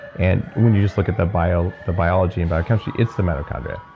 and when you just look at the biology the biology and biochemistry, it's the mitochondria.